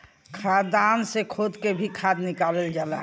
खदान से खोद के भी खाद निकालल जाला